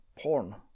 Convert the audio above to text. porn